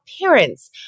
parents